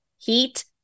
heat